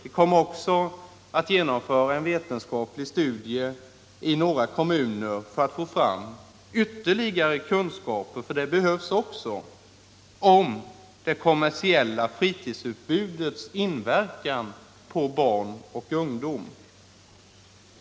Vi kommer också att genomföra en vetenskaplig studie i några kommuner för att få fram ytterligare kunskaper — det behövs också - om det kommersiella fritidsutbudets inverkan på barn och ungdom.